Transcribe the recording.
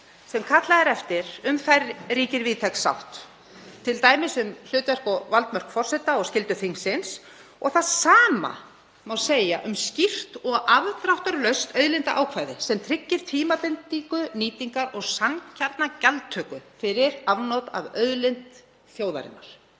sem kallað er eftir ríkir víðtæk sátt, t.d. um hlutverk og valdmörk forseta og skyldu þingsins. Það sama má segja um skýrt og afdráttarlaust auðlindaákvæði sem tryggir tímabindingu nýtingar og sanngjarna gjaldtöku fyrir afnot af auðlind þjóðarinnar.